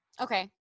Okay